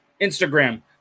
Instagram